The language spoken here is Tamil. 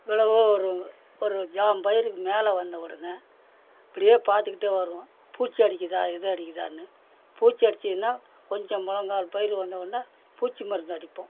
இவ்வளவு ஒரு ஒரு ஜான் பயிருக்கு மேலே வந்த உடனே அப்படியே பார்த்துக்கிட்டே வருவோம் பூச்சி அடிக்குதா இது அடிக்குதானு பூச்சி அடிச்சுதுன்னா கொஞ்சம் முலங்கால் பயிர் வந்த உடனே பூச்சி மருந்து அடிப்போம்